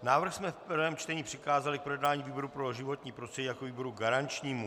Návrh jsme v prvém čtení přikázali k projednání výboru pro životní prostředí jako výboru garančnímu.